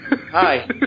Hi